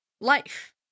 life